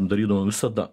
darydavom visada